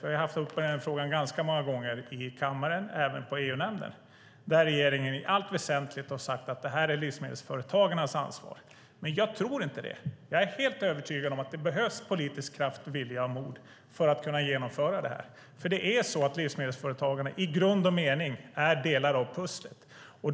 Vi har haft den frågan uppe ganska många gånger i kammaren och även i EU-nämnden. Där har regeringen i allt väsentligt sagt att det här är livsmedelsföretagens ansvar. Men jag tror inte det. Jag är helt övertygad om att det behövs politisk kraft, vilja och mod för att kunna genomföra det här, för det är så att livsmedelsföretagarna i grund och botten är delar av pusslet.